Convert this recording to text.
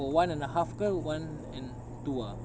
for one and a half ke one and two ah